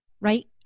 Right